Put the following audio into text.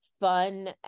fun